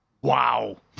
Wow